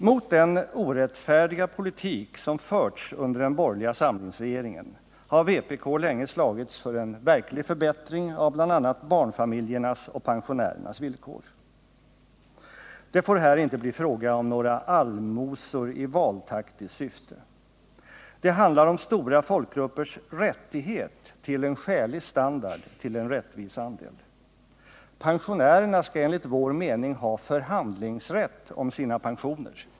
Mot den orättfärdiga politik som förts under den borgerliga samlingsregeringen har vpk länge slagits för en verklig förbättring av bl.a. barnfamiljernas och pensionärernas villkor. Det får här inte bli fråga om några allmosor i valtaktiskt syfte. Det handlar om stora folkgruppers rättighet till en skälig standard, till en rättvis andel. Pensionärerna skall ha förhandlingsrätt.